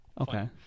Okay